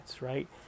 right